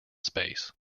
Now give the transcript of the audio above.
space